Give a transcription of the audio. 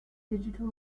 digital